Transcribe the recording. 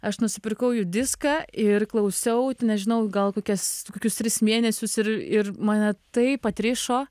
aš nusipirkau jų diską ir klausiau nežinau gal kokias kokius tris mėnesius ir ir mane taip atrišo